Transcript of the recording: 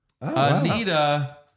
Anita